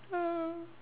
uh